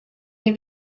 nie